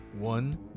one